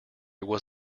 was